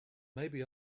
maybe